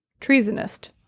Treasonist